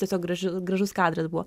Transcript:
tiesiog graži gražus kadras buvo